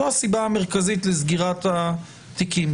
זו הסיבה המרכזית לסגירת התיקים,